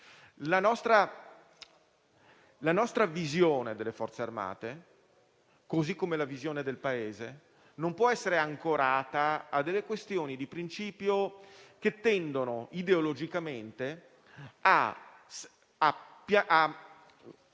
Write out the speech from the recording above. La nostra visione delle Forze armate, così come la visione del Paese, non può essere ancorata a delle questioni di principio, che tendono ideologicamente a